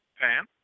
Pam